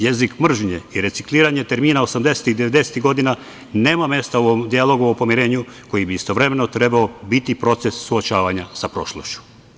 Jeziku mržnje i recikliranju termina osamdesetih, devedesetih godina nema mesta u ovom dijalogu o pomirenju, koji bi istovremeno trebao biti proces suočavanja sa prošlošću.